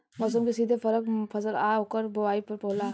मौसम के सीधे फरक फसल आ ओकर बोवाई पर होला